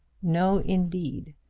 no, indeed.